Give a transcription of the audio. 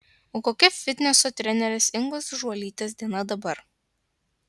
o kokia fitneso trenerės ingos žuolytės diena dabar